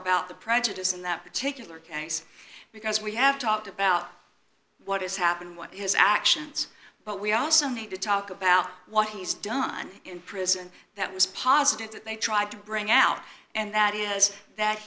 about the prejudice in that particular case because we have talked about what has happened what his actions but we also need to talk about what he's done in prison that was positive that they tried to bring out and that is that